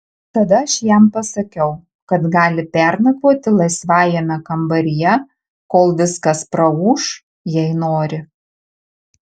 tada aš jam pasakiau kad gali pernakvoti laisvajame kambaryje kol viskas praūš jei nori